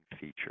feature